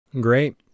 Great